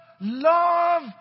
love